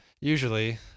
Usually